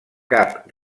cap